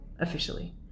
officially